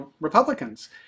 Republicans